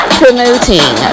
promoting